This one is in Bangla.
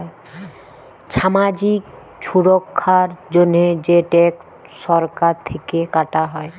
ছামাজিক ছুরক্ষার জন্হে যে ট্যাক্স সরকার থেক্যে কাটা হ্যয়